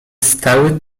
stały